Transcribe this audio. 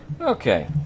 Okay